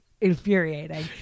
infuriating